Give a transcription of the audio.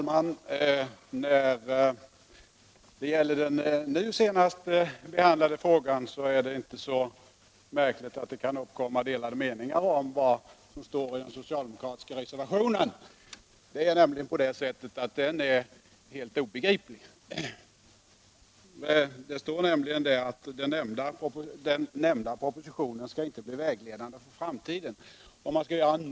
Herr talman! Det är inte så märkligt att delade meningar kan uppkomma om vad som står i den socialdemokratiska reservationen i det ärende som nu behandlats. Den är nämligen helt obegriplig. Det står där att den nämnda propositionen inte skall bli vägledande för framtiden.